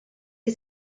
che